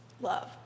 Love